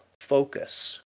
focus